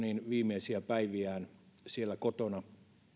viimeisinä päivinään siellä kotona